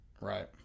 Right